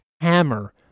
hammer